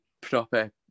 proper